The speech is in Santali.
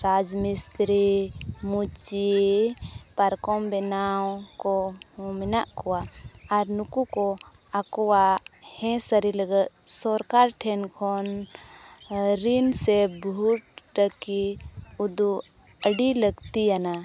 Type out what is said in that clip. ᱨᱟᱡᱽ ᱢᱤᱥᱛᱨᱤ ᱢᱩᱪᱤ ᱯᱟᱨᱠᱚᱢ ᱵᱮᱱᱟᱣ ᱠᱚ ᱢᱮᱱᱟᱜ ᱠᱚᱣᱟ ᱟᱨ ᱱᱩᱠᱩ ᱠᱚ ᱟᱠᱚᱣᱟᱜ ᱦᱮᱸ ᱥᱟᱹᱨᱤ ᱞᱟᱹᱜᱤᱫ ᱥᱚᱨᱠᱟᱨ ᱴᱷᱮᱱ ᱠᱷᱚᱱ ᱨᱤᱱ ᱥᱮ ᱵᱚᱦᱩᱛ ᱴᱟᱹᱠᱤ ᱩᱫᱩᱜ ᱟᱹᱰᱤ ᱞᱟᱹᱠᱛᱤᱭᱟᱱᱟ